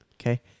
okay